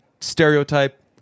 stereotype